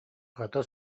хата